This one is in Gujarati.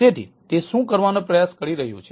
તેથી તે શું કરવાનો પ્રયાસ કરી રહ્યું છે